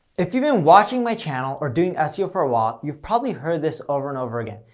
if you've been watching my channel or doing seo for a while, you've probably heard this over and over again.